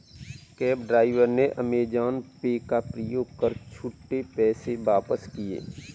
cab driver ने Amazon Pay का प्रयोग कर छुट्टे पैसे वापस किए